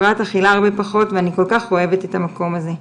הפרעת אכילה הרבה פחות ואני כל כך אוהבת את המקום הזה.